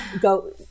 go